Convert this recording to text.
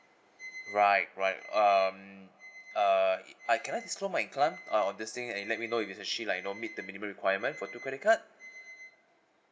right right um uh it I can I uh on this thing and you let me know if it's actually like not meet the minimum requirement for two credit card